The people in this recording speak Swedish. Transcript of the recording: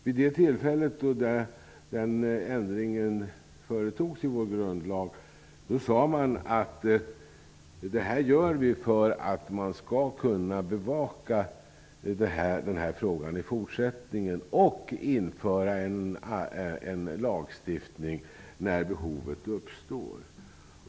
När den ändringen företogs i vår grundlag sade man att det gjordes för att den här frågan skulle kunna bevakas i fortsättningen och för att man skulle kunna införa en lagstiftning när behovet uppstår.